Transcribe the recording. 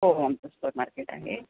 हो हो आमचं सुपर मार्केट आहे